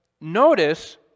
notice